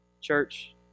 Church